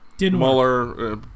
Mueller